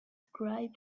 described